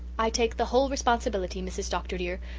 i take the whole responsibility, mrs. dr. dear,